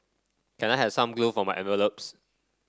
can I have some glue for my envelopes